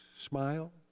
smile